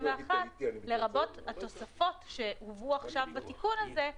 לרבות התוספות שהובאו עכשיו בתיקון הזה,